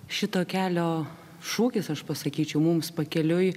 šito kelio šūkis aš pasakyčiau mums pakeliui